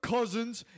Cousins